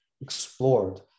explored